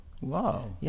Wow